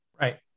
Right